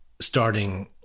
starting